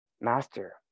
Master